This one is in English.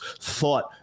thought